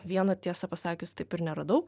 vieno tiesą pasakius taip ir neradau